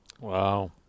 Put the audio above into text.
Wow